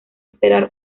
esperar